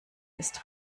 ist